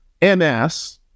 MS